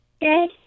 Good